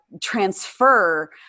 transfer